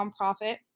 nonprofit